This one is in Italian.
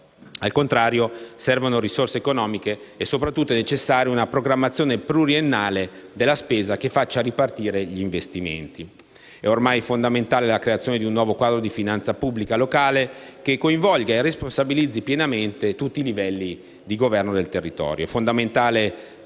Al contrario, servono risorse economiche e, sopratutto, è necessaria una programmazione pluriennale della spesa che faccia ripartire gli investimenti. È ormai fondamentale la creazione di un nuovo quadro di finanza pubblica locale che coinvolga e responsabilizzi pienamente tutti i livelli di governo del territorio.